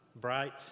bright